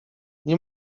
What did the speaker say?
nie